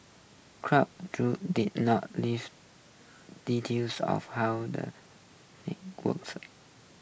did not leave details of how the works up